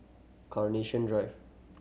Carnation Drive